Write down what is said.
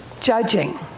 judging